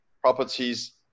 properties